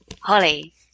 holly